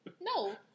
No